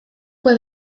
fue